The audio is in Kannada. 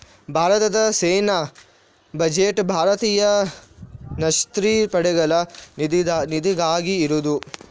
ಭಾರತದ ಸೇನಾ ಬಜೆಟ್ ಭಾರತೀಯ ಸಶಸ್ತ್ರ ಪಡೆಗಳ ನಿಧಿಗಾಗಿ ಇರುದು